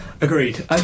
Agreed